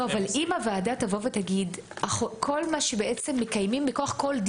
אבל אם הוועדה תגיד: כל מה שמקיימים מכוח כל,